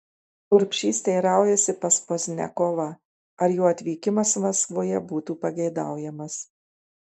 urbšys teiraujasi pas pozniakovą ar jo atvykimas maskvoje būtų pageidaujamas